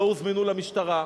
לא הוזמנו למשטרה,